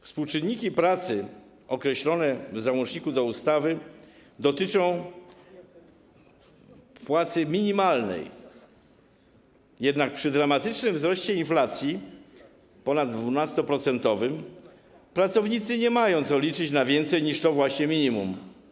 Współczynniki pracy określone w załączniku do ustawy dotyczą płacy minimalnej, jednak przy dramatycznym wzroście inflacji, ponad 12-procentowym, pracownicy nie mają co liczyć na więcej niż to właśnie minimum.